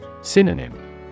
Synonym